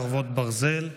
חרבות ברזל),